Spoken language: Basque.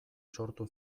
sortu